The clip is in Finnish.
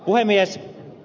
puhemies